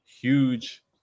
Huge